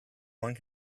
one